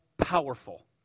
powerful